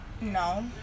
No